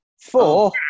four